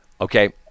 okay